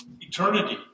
eternity